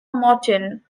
morton